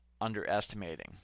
underestimating